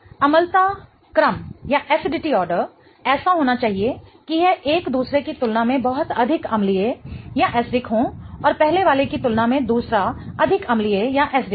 तो अम्लता क्रम ऐसा होना चाहिए कि यह एक दूसरे की तुलना में बहुत अधिक अम्लीय हो और पहले वाले की तुलना में दूसरा अधिक अम्लीय हो